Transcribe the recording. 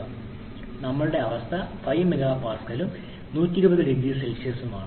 പറയുക ഞങ്ങളുടെ അവസ്ഥ 5 MPa ഉം 120 0C ഉം ആണ്